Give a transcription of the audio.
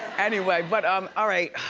anyway. but, um all right.